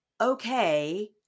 okay